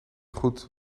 goed